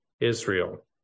Israel